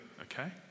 okay